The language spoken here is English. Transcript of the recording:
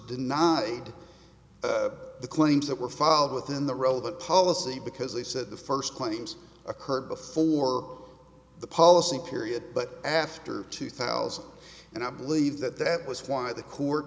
denied the claims that were filed within the relevant policy because they said the first claims occurred before the policy period but after two thousand and i believe that that was why the court